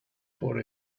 for